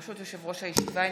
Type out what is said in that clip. ברשות יושב-ראש הישיבה,